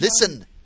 listen